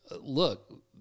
look